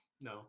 no